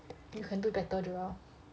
you can do better joel